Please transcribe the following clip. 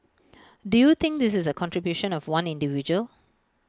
do you think this is the contribution of one individual